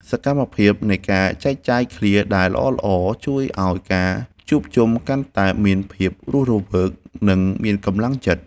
សកម្មភាពនៃការចែកចាយឃ្លាដែលល្អៗ ជួយឱ្យការជួបជុំកាន់តែមានភាពរស់រវើក និងមានកម្លាំងចិត្ត។